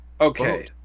Okay